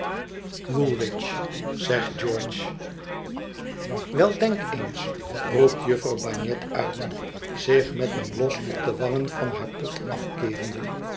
woolwich zegt george wel denk eens roept jufvrouw bagnet uit zich met een blos op de wangen van haar pot afkeerende